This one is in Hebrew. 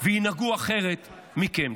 וינהגו אחרת מכם.